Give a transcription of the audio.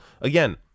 Again